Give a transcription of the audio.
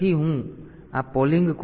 તેથી આ polling code છે